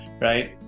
right